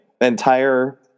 entire